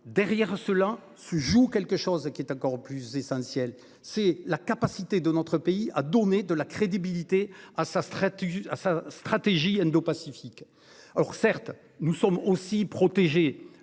derrière cela se joue quelque chose qui est encore plus essentiel c'est la capacité de notre pays a donné de la crédibilité à sa stratégie à sa stratégie indopacifique. Alors certes nous sommes aussi protégé